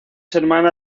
hermana